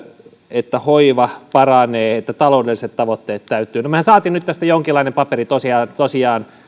että hoiva paranee että taloudelliset tavoitteet täyttyvät mehän saimme tästä nyt jonkinlaisen paperin tosiaan tosiaan